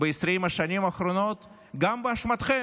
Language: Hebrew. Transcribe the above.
ב-20 השנים האחרונות גם באשמתכם,